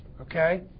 okay